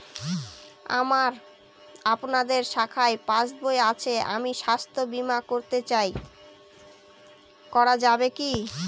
আমার আপনাদের শাখায় পাসবই আছে আমি স্বাস্থ্য বিমা করতে চাই করা যাবে কি?